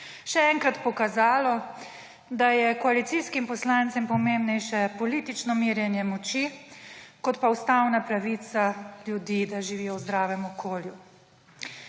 še enkrat pokazalo, da je koalicijskim poslancem pomembnejše politično merjenje moči kot pa ustavna pravica ljudi, da živijo v zdravem okolju.